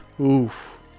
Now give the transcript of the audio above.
Oof